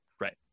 Right